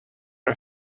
are